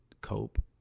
cope